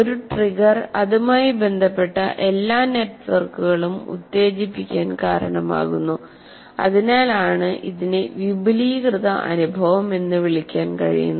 ഒരു ട്രിഗർ അതുമായി ബന്ധപ്പെട്ട എല്ലാ നെറ്റ്വർക്കുകളും ഉത്തേജിപ്പിക്കാൻ കാരണമാകുന്നു അതിനാലാണ് ഇതിനെ വിപുലീകൃത അനുഭവം എന്ന് വിളിക്കാൻ കഴിയുന്നത്